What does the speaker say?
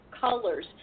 colors